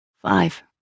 Five